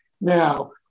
now